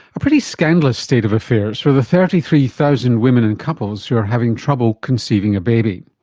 a pretty scandalous state of affairs for the thirty three thousand women and couples who are having trouble conceiving a baby.